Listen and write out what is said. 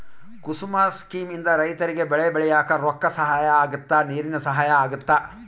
ಕುಸುಮ scheme ಇಂದ ರೈತರಿಗೆ ಬೆಳೆ ಬೆಳಿಯಾಕ ರೊಕ್ಕ ಸಹಾಯ ಅಗುತ್ತ ನೀರಿನ ಸಹಾಯ ಅಗುತ್ತ